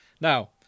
Now